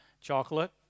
Chocolate